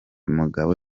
mugabo